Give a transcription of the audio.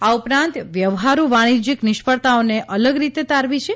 આ ઉપરાંત વ્યવહારૃ વાણીજ્યીક નિષ્ફળતાઓને અલગ રીતે તારવી છે